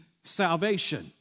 salvation